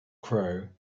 crow